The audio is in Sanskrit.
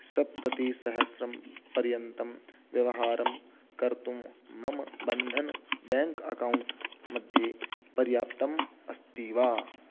सप्ततिसहस्रं पर्यन्तं व्यवहारं कर्तुं मम बन्धन बेङ्क् अकौण्ट्मध्ये पर्याप्तम् अस्ति वा